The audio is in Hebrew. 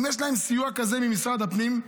אם יש להם סיוע כזה ממשרד הפנים,